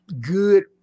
Good